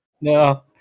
No